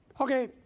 Okay